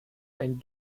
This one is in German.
ein